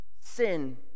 sin